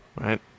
right